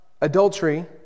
adultery